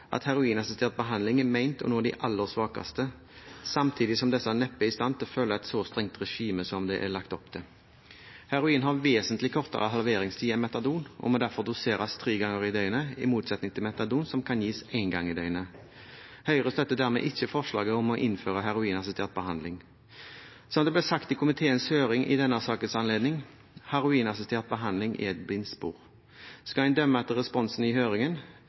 at heroinassistert behandling er ment å nå de aller svakeste, samtidig som disse neppe er i stand til å følge et så strengt regime som det er lagt opp til. Heroin har en vesentlig kortere halveringstid enn metadon og må derfor doseres tre ganger i døgnet, i motsetning til metadon som kan gis én gang i døgnet. Høyre støtter dermed ikke forslaget om å innføre heroinassistert behandling. Som det ble sagt i komiteens høring i denne sakens anledning: Heroinassistert behandling er et blindspor. Skal en dømme etter responsen i høringen,